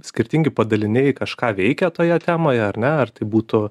skirtingi padaliniai kažką veikia toje temoje ar ne ar tai būtų